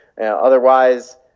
Otherwise